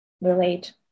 relate